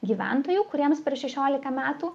gyventojų kuriems per šešiolika metų